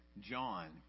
John